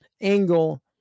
angle